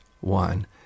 one